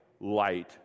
light